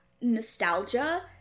nostalgia